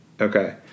Okay